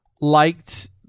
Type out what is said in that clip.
liked